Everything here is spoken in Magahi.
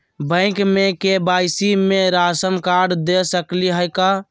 बैंक में के.वाई.सी में राशन कार्ड दे सकली हई का?